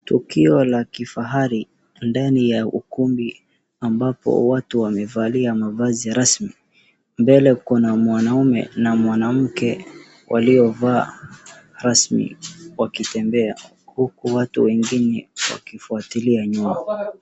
Tukio la kifahari ndani ya ukumbi ambapo watu wamevalia mavazi rasmi. Mbele kuna mwanaume na mwanamke waliovaa rasmi wakitembea huku watu wengine wakifuatilia nyuma.